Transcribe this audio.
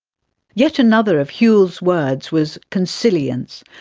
yet another of whewell's words was consilience,